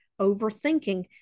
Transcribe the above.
overthinking